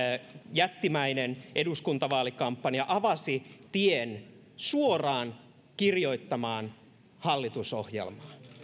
jättimäinen eduskuntavaalikampanja avasivat tien suoraan kirjoittamaan hallitusohjelmaa